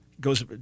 goes